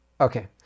Okay